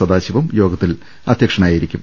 സദാശിവം യോഗത്തിൽ അധ്യ ക്ഷനായിരിക്കും